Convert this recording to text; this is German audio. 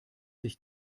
sich